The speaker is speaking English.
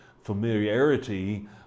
familiarity